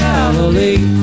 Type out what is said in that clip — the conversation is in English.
Galilee